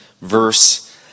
verse